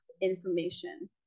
information